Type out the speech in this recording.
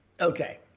Okay